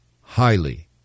highly